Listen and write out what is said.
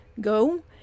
go